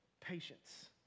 patience